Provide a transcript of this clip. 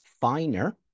finer